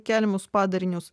keliamus padarinius